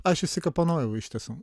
aš išsikapanojau iš tiesų